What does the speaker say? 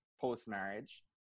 post-marriage